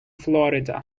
florida